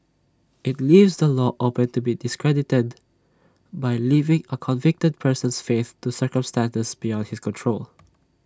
IT leaves the law open to be discredited by leaving A convicted person's fate to circumstances beyond his control